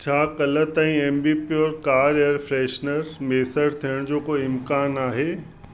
छा काल्ह ताईं M B pure car air freshener मुयसरु थियण जो को इम्कानु आहे